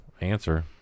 answer